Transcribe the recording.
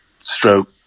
stroke